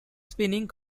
spinning